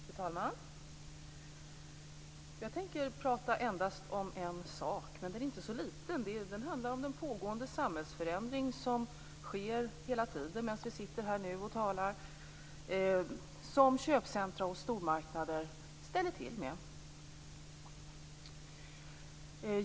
Fru talman! Jag tänker prata om endast en sak, men en sak som inte är så liten. Det gäller den pågående samhällsförändrig som hela tiden sker, också medan vi talar här, och som köpcentrum och stormarknader ställer till med.